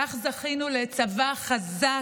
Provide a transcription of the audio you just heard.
כך זכינו לצבא חזק,